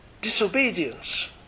disobedience